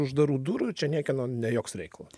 uždarų durų ir čia niekieno ne joks reikalas